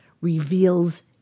reveals